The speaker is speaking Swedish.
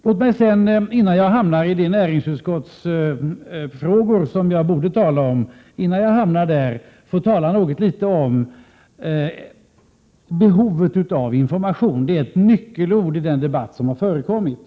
Låt mig sedan, innan jag hamnar i de näringsfrågor som jag borde tala om, få nämna något litet om behovet av information. Det är ett nyckelord i den debatt som har förekommit.